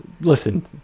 listen